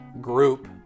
group